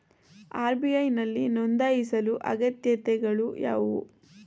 RBI ನಲ್ಲಿ ನೊಂದಾಯಿಸಲು ಅಗತ್ಯತೆಗಳು ಯಾವುವು?